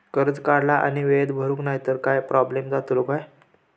कर्ज काढला आणि वेळेत भरुक नाय तर काय प्रोब्लेम जातलो काय?